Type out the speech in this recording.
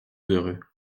heureux